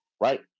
right